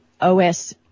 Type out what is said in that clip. OS